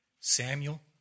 Samuel